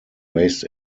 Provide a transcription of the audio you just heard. raised